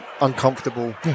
uncomfortable